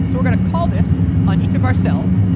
so we're going to call this on each of our cells,